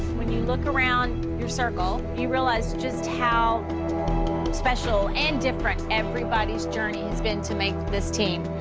when you look around your circle, you realize just how special and different everybody's journey has been to make this team.